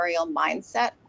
mindset